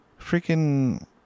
freaking